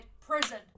prison